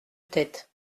tête